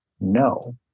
no